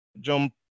jump